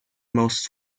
most